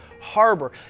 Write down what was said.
harbor